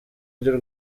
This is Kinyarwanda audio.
ry’u